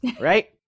right